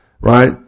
right